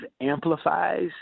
amplifies